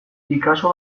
picasso